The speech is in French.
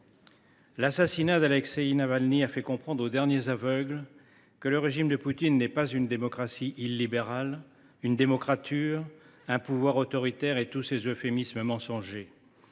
l’assassinat d’Alexeï Navalny a fait comprendre aux derniers aveugles que le régime de Poutine n’est pas une démocratie illibérale, une « démocrature », un pouvoir autoritaire ou tout autre euphémisme mensonger,